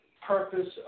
purpose